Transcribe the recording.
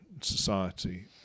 society